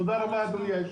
תודה רבה אדוני.